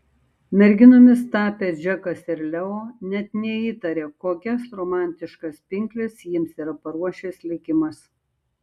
merginomis tapę džekas ir leo net neįtaria kokias romantiškas pinkles jiems yra paruošęs likimas